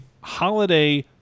holiday